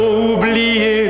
oublié